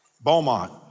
Beaumont